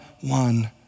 one